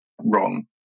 wrong